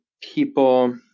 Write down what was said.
people